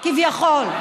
כביכול,